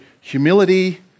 humility